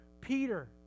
Peter